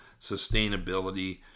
sustainability